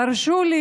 תרשו לי,